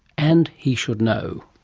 and he should know.